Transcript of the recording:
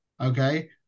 Okay